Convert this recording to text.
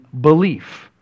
belief